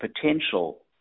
potential